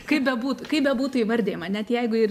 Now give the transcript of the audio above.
kaip bebūtų kaip bebūtų įvardijama net jeigu ir